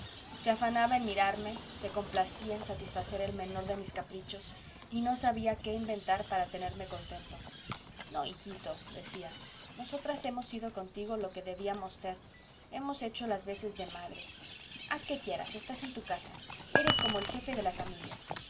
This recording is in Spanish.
se afanaba en mimarme se complacía en satisfacer el menor de mis caprichos y no sabía qué inventar para tenerme contento no hijito decía nosotras hemos sido contigo lo que debíamos ser hemos hecho las veces de madre has que quieras estás en tu casa eres como el jefe de la familia